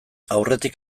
aurretik